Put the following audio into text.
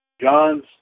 John's